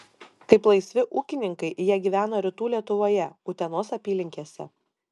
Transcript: kaip laisvi ūkininkai jie gyveno rytų lietuvoje utenos apylinkėse